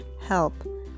help